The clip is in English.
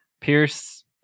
Pierce